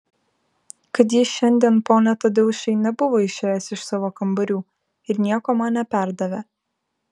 kad jis šiandien pone tadeušai nebuvo išėjęs iš savo kambarių ir nieko man neperdavė